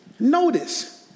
Notice